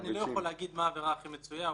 אני לא יכול להגיד מה העבירה הכי מצויה,